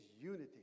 unity